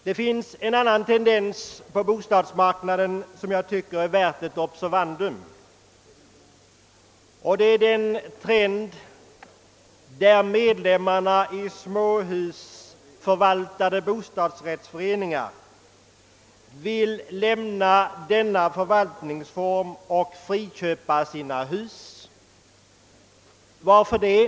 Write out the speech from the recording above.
Det finns en annan tendens på bostadsmarknaden som jag tycker är värd ett observandum, nämligen att medlemmar i småhusförvaltande bostadsrättsföreningar vill lämna denna förvaltningsform och friköpa sina hus. Varför vill de det?